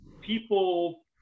people